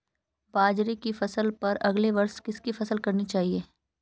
बाजरे की फसल पर अगले वर्ष किसकी फसल करनी चाहिए?